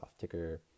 ticker